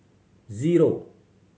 zero